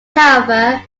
however